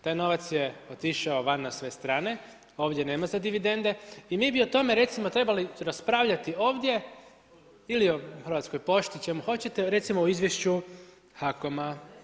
Taj novac je otišao van na sve strane, a ovdje nema za dividende i mi bi o tome, recimo trebali raspravljati ovdje ili o Hrvatskoj pošti, o čemu hoćete, recimo u izvješću HAKOM-a.